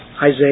Isaiah